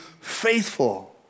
faithful